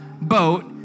boat